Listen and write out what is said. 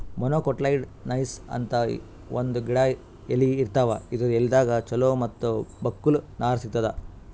monocotyledonous ಅಂತ್ ಒಂದ್ ಗಿಡದ್ ಎಲಿ ಇರ್ತಾವ ಇದರ್ ಎಲಿದಾಗ್ ಚಲೋ ಮತ್ತ್ ಬಕ್ಕುಲ್ ನಾರ್ ಸಿಗ್ತದ್